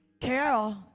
Carol